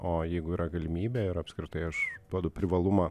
o jeigu yra galimybė ir apskritai aš duodu privalumą